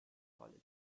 college